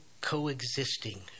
coexisting